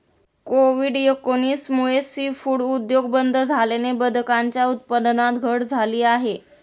Covid एकोणीस मुळे seafood उद्योग बंद झाल्याने बदकांच्या उत्पादनात घट झाली आहे